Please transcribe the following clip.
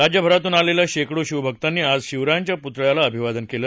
राज्यभरातून आलेल्या शेकडो शिवभक्तांनी आज शिवरायांच्या पुतळ्याला अभिवादन केलं